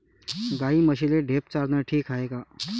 गाई म्हशीले ढेप चारनं ठीक हाये का?